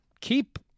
keep